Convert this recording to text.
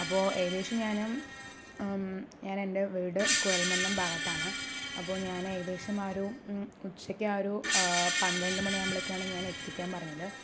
അപ്പോൾ ഏകദേശം ഞാന് ഞാന് എൻ്റെ വീട് കുഴൽമന്നം ഭാഗത്താണ് അപ്പോൾ ഞാന് ഏകദേശം ആ ഒരു ഉച്ചക്ക് ആ ഒരു പന്ത്രണ്ട് മണി ആകുമ്പോഴാണ് ഞാൻ എത്തിക്കാൻ പറഞ്ഞത്